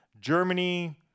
germany